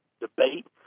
debate